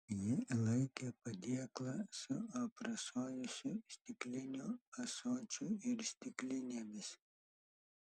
ji laikė padėklą su aprasojusiu stikliniu ąsočiu ir stiklinėmis